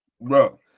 Bro